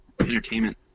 entertainment